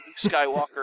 Skywalker